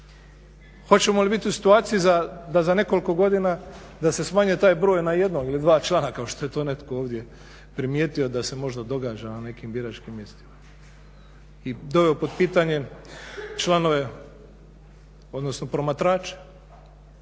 Hoćemo li biti u situaciji da za nekoliko godina da se smanjuje taj broj na jednog ili dva člana kao što je to netko ovdje primjetio da se možda događa u nekim biračkim mjestima i doveo u pitanje članove, odnosno promatrače.